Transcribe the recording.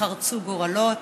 ייחרצו גורלות,